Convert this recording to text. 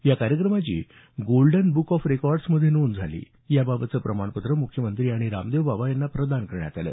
या विक्रमाची golden book of records मध्ये नोंद झाली याबाबतचं प्रमाणपत्र मुख्यमंत्री आणि रामदेव बाबा यांना प्रदान करण्यात आलं